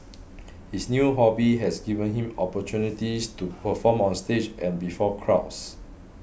his new hobby has given him opportunities to perform on stage and before crowds